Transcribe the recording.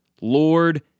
Lord